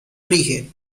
origen